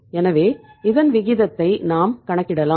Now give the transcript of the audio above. எனவே இதன் விகிதத்தை நாம் கணக்கிடலாம்